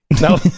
No